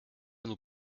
nous